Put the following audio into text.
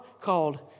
called